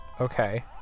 Okay